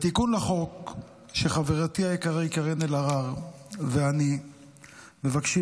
בתיקון לחוק שחברתי היקרה קארין אלהרר ואני מבקשים